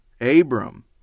Abram